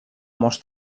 molts